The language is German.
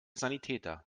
sanitäter